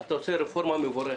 אתה עושה רפורמה מבורכת,